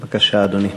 בבקשה, אדוני.